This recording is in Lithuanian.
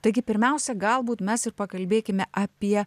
taigi pirmiausia galbūt mes ir pakalbėkime apie